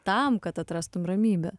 tam kad atrastum ramybę